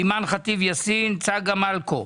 אימאן ח'טיב יאסין, צגה מלקו.